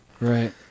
Right